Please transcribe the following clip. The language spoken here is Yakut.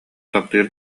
таптыыр